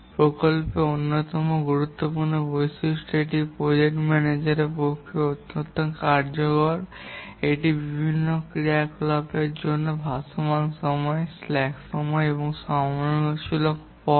প্রকল্পের অন্যতম গুরুত্বপূর্ণ বৈশিষ্ট্য এটি প্রজেক্ট ম্যানেজারের পক্ষে অত্যন্ত কার্যকর এটি বিভিন্ন ক্রিয়াকলাপের জন্য ভাসমান সময় বা স্ল্যাক সময় এবং সমালোচনামূলক পথ